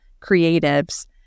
creatives